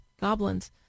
goblins